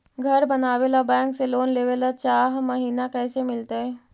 घर बनावे ल बैंक से लोन लेवे ल चाह महिना कैसे मिलतई?